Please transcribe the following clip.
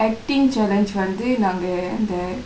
actingk challengke வந்நு நாங்க அந்த:vanthu naangka andtha